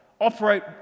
operate